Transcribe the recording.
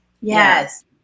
Yes